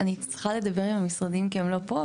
אני צריכה לדבר עם המשרדים כי הם לא פה.